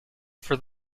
for